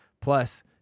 Plus